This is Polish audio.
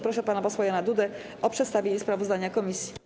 Proszę pana posła Jana Dudę o przedstawienie sprawozdania komisji.